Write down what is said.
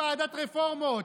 יש לכם יושבת-ראש ועדת רפורמות.